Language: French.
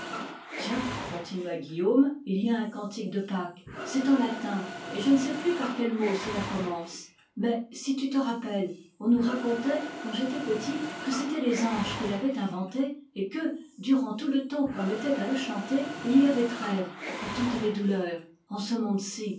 tiens continua guillaume il y a un cantique de pâques c'est en latin et je ne sais plus par quels mots cela commence mais si tu te rappelles on nous racontait quand j'étais petit que c'étaient les anges qui l'avaient inventé et que durant tout le temps qu'on mettait à le chanter il y avait trêve pour toutes les douleurs en ce monde-ci